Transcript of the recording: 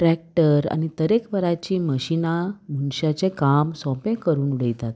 tractor आनी तरेकवाराची मशिनां मनशाचें काम सोंपें करून उडयतात